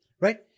right